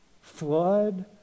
flood